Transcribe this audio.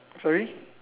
sorry